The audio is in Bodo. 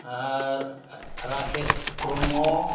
आरो राखेस ब्रह्म